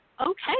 Okay